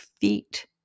feet